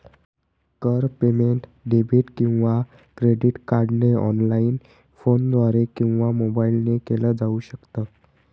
कर payment debit किंवा credit कार्डने ऑनलाइन, फोनद्वारे किंवा मोबाईल ने केल जाऊ शकत